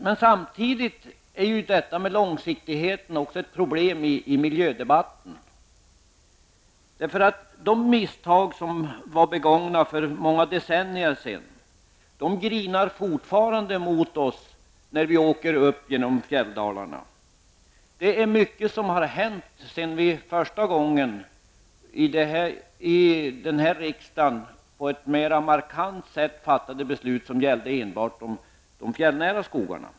Men samtidigt är detta med långsiktigheten också ett problem i miljödebatten. Misstag som har begåtts för många decennier sedan grinar ju fortfarande mot en när man åker upp till fjälldalarna. Mycket har hänt sedan vi första gången här i kammaren fattade ett mera markant beslut om enbart de fjällnära skogarna.